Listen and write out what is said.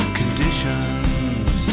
conditions